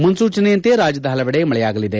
ಮುನ್ಲೂಚನೆಯಂತೆ ರಾಜ್ಯದ ಹಲವೆಡೆ ಮಳೆಯಾಗಲಿದೆ